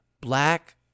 black